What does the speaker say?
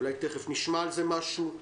אולי תיכף נשמע על זה משהו.